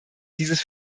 dieses